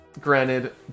Granted